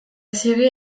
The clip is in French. série